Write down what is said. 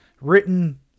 written